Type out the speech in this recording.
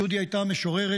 ג'ודי הייתה משוררת,